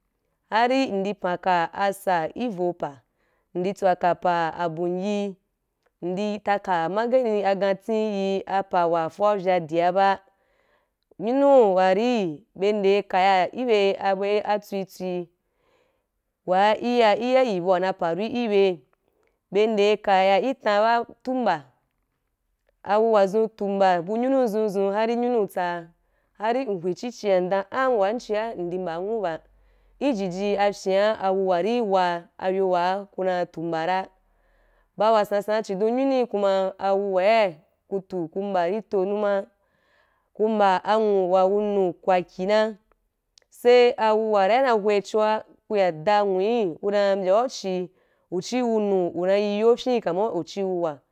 Hari ndi panka asa ki vo pa ndi tswa ka apa bongi ndi ta ka magani akanti yi apa wa foa vya dia ba, nyunua ri be nde kaya ki bye a tswi tswi wa i ya i ya yi abu ba na pari i byei bye nde kaya i tan ba tu mba awuwa zon. Tu mba bu nyunu a dzun dzun har nyunu tsaa har in hwi chi chia in dom am wan chia indi mba anwu ba ku jiji afyen awuwa ri wa ayo wa ku na ri tu a mba ra ba wa san san bu chidon nyunu kuma awuwai ku tu ku mba ri to numa ku mba anwu wa wunu kwaki na sai awuwa ri wa na ho a cho ku ya da anwu ku dam mbyau chi u chi wunu wuna yi ayoo afyen ch tsazu u chi awuwa.